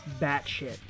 batshit